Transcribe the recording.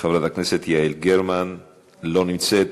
חברת הכנסת יעל גרמן, לא נמצאת.